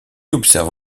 observe